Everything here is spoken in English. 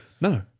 No